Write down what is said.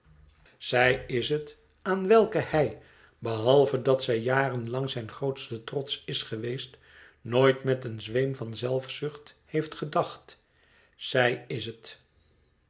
zij is het aan welke hij behalve dat zij jaren lang zijn grootste trots is geweest nooit met een zweem van zelfzucht heeft gedacht zij is het